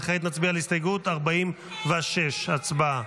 וכעת נצביע על הסתייגות 46. הצבעה.